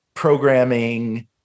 programming